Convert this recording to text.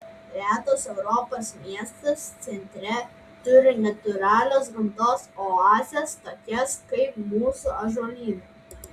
retas europos miestas centre turi natūralios gamtos oazes tokias kaip mūsų ąžuolynai